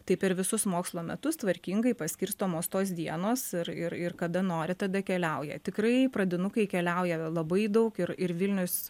tai per visus mokslo metus tvarkingai paskirstomos tos dienos ir ir ir kada nori tada keliauja tikrai pradinukai keliauja labai daug ir ir vilnius